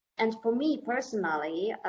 and for me personally,